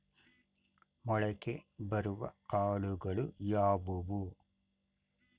ಮೊಳಕೆ ಬರುವ ಕಾಳುಗಳು ಯಾವುವು?